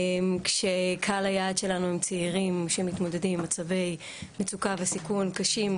כשקהל היעד שלנו הם צעירים שמתמודדים עם מצבי מצוקה וסיכון קשים,